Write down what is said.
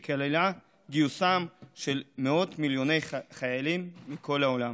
שכללה גיוס של מאות מיליוני חיילים מכל העולם.